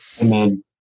Amen